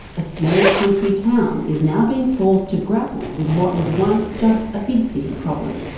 a small country town is now being forced to grapple with what was once just a big city problem.